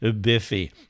Biffy